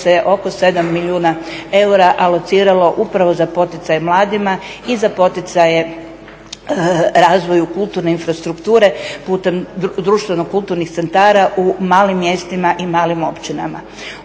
gdje se oko 7 milijuna eura alociralo upravo za poticaj mladima i za poticaje razvoju kulturne infrastrukture putem društveno kulturnih centara u malim mjestima i malim općinama.